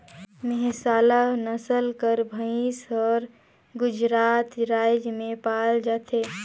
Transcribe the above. मेहसाला नसल कर भंइस हर गुजरात राएज में पाल जाथे